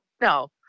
no